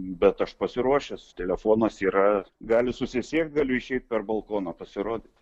bet aš pasiruošęs telefonas yra gali susisiekt galiu išeit per balkoną pasirodyt